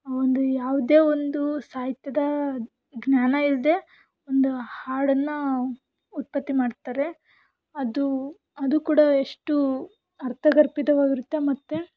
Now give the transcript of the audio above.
ಒಂದು ಯಾವುದೇ ಒಂದು ಸಾಹಿತ್ಯದ ಜ್ಞಾನ ಇಲ್ಲದೆ ಒಂದು ಹಾಡನ್ನು ಉತ್ಪತ್ತಿ ಮಾಡ್ತಾರೆ ಅದು ಅದು ಕೂಡ ಎಷ್ಟು ಅರ್ಥಗರ್ಭಿತವಾಗಿರುತ್ತೆ ಮತ್ತು